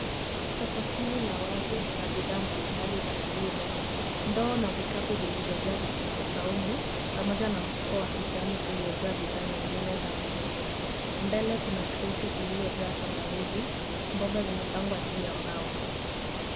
Soko hili la wazi, lina bidhaa za kilimo, ndoo na vikapu vilivyojaa vitunguu saumu, pamoja na mfuko wa kijani, uliojaa bidhaa nyingine za mizizi. Mbele kuna kreti iliyojaa tangawizi, mboga zimepangwa juu ya mbao.